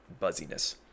buzziness